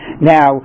Now